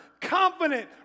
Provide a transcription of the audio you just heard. confident